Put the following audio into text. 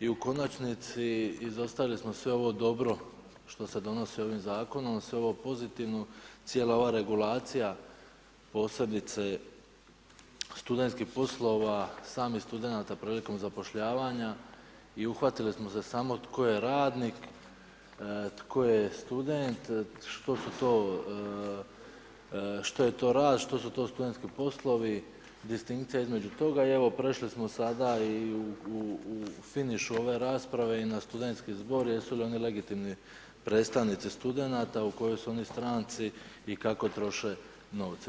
i u konačnici izostavili smo sve ovo dobro što se donosi ovim zakonom, sve ovo pozitivno, cijela ova regulacija posebice studentskih poslova samih studenata prilikom zapošljavanja i uhvatili smo se samo tko je radnik, tko je student, što je to rad, što su to studentski poslovi, distinkcija između toga i evo, prešli smo sada i u finišu ove rasprave i na Studentski zbor, jesu li oni legitimni predstavnici studenata, u kojoj su oni stranci i kako troše novce.